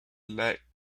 lack